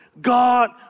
God